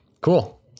cool